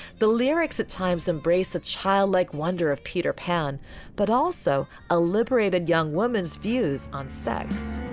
the lyrics at times embrace a childlike wonder of peter pan but also a liberated young woman's views on sex.